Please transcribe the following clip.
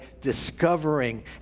discovering